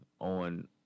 on